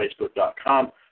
facebook.com